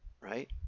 right